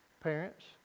Parents